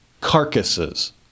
Carcasses